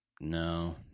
No